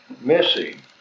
missing